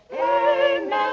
amen